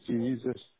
Jesus